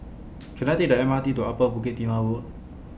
Can I Take The M R T to Upper Bukit Timah Road